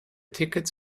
tickets